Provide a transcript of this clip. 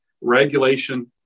regulation